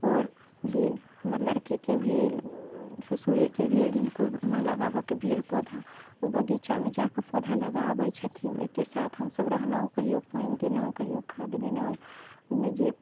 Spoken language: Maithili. आओर भेल हमर लड़कीके भेल ससुरेके भेल जिनको मन लगाबऽ के भेल पौधा ओ बगीचामे जाकऽ पौधा लगा अबैत छथिन ओहिके साथ हमसभ रहलहुँ कहियो पानि देलहुँ कहियो खाद देलहुँ ओमे जे